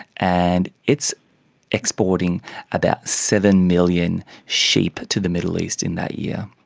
and it's exporting about seven million sheep to the middle east in that year.